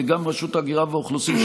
וגם רשות ההגירה והאוכלוסין,